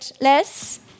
less